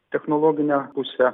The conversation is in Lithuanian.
technologinę pusę